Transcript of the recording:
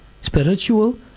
spiritual